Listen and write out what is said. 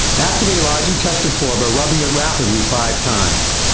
activate large intestine four by rubbing it rapidly five times.